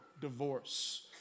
divorce